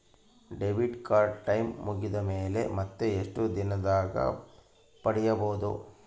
Debit card time ಮುಗಿದ ಮೇಲೆ ಮತ್ತೆ ಎಷ್ಟು ದಿನದಾಗ ಪಡೇಬೋದು?